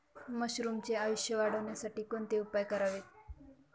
मशरुमचे आयुष्य वाढवण्यासाठी कोणते उपाय करावेत?